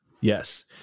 Yes